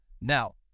now